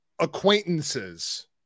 Acquaintances